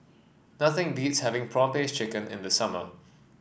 nothing beats having prawn paste chicken in the summer